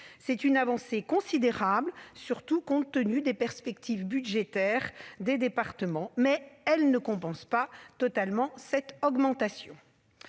C'est une avancée considérable, surtout compte tenu des perspectives budgétaires des départements, mais elle ne compense pas totalement cette augmentation.